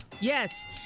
Yes